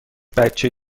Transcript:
بچه